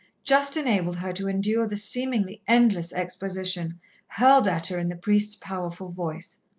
just enabled her to endure the seemingly endless exposition hurled at her in the priest's powerful voice.